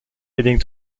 leading